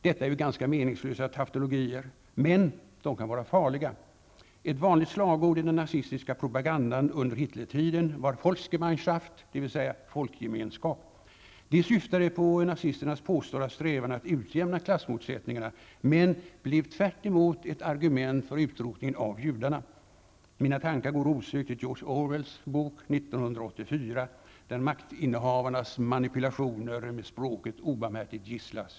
Detta är ganska meningslösa tautologier. Men de kan vara farliga. Ett vanligt slagord i den nazistiska propagandan under Hitler-tiden var ''Volksgemeinschaft'', dvs. folkgemenskap. Det syftade på nazisternas påstådda strävan att utjämna klassmotsättningarna men blev tvärtom ett av argumenten för utrotande av judarna. Mina tankar går osökt till George Orwells bok 1984, där maktinnehavarnas manipulationer med språket obarmhärtigt gisslas.